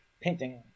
painting